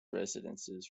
residences